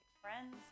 Friends